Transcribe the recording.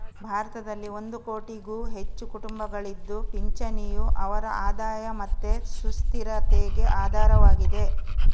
ಭಾರತದಲ್ಲಿ ಒಂದು ಕೋಟಿಗೂ ಹೆಚ್ಚು ಕುಟುಂಬಗಳಿದ್ದು ಪಿಂಚಣಿಯು ಅವರ ಆದಾಯ ಮತ್ತೆ ಸುಸ್ಥಿರತೆಗೆ ಆಧಾರವಾಗಿದೆ